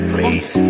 Please